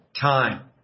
time